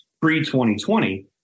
pre-2020